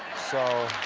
so